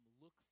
look